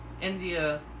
India